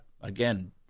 again